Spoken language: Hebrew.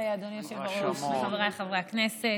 אדוני היושב-ראש, חבריי חברי הכנסת,